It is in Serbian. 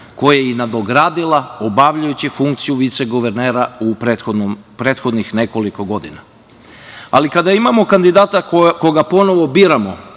koje je i nadogradila obavljajući funkciju viceguvernera u prethodnih nekoliko godina. Ali, kada imamo kandidata koga ponovo biramo